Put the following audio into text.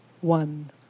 one